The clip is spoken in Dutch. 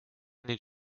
niet